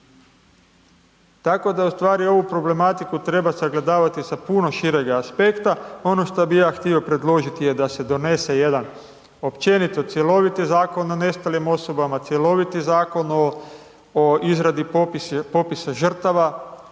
Tako da u stvari ovu problematiku treba sagledavati sa puno širega aspekta. Ono što bi ja htio predložiti je da se donese jedan općenito cjeloviti Zakon o nestalim osobama, cjeloviti Zakon o izradi popisa žrtava,